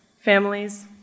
families